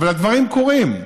אבל הדברים קורים.